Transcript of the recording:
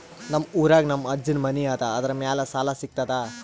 ನಮ್ ಊರಾಗ ನಮ್ ಅಜ್ಜನ್ ಮನಿ ಅದ, ಅದರ ಮ್ಯಾಲ ಸಾಲಾ ಸಿಗ್ತದ?